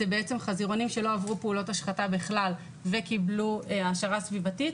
זה חזירונים שלא עברו פעולות השחתה בכלל וקיבלו העשרה סביבתית,